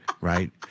Right